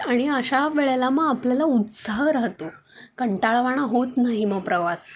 आणि अशा वेळेला मग आपल्याला उत्साह राहतो कंटाळवाणा होत नाही मग प्रवास